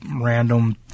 random